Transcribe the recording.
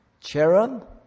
Cherub